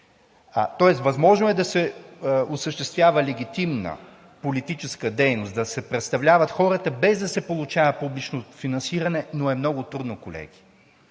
Възможно е да се осъществява легитимна политическа дейност, да се представляват хората, без да се получава публично финансиране, но е много трудно, колеги.